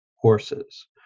horses